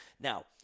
Now